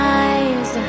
eyes